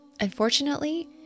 Unfortunately